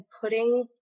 putting